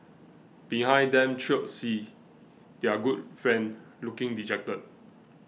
behind them trailed C their good friend looking dejected